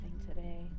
today